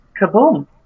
Kaboom